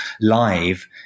live